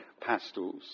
pastels